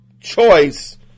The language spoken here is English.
choice